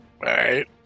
Right